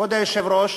כבוד היושב-ראש,